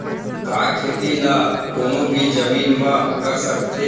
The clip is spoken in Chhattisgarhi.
का खेती ला कोनो भी जमीन म कर सकथे?